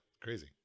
Crazy